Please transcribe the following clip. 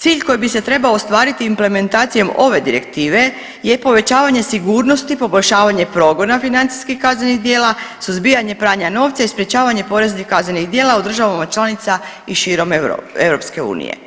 Cilj koji bi se trebao ostvariti implementacijom ove direktive je povećavanje sigurnosti, poboljšavanje progona financijskih kaznenih djela, suzbijanje pranja novca i sprječavanje poreznih kaznenih djela u državama članica i širom EU.